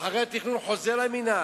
אחרי התכנון זה חוזר למינהל.